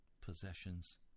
possessions